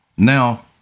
Now